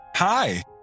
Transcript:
Hi